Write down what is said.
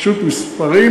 פשוט מספרים,